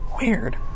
Weird